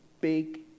big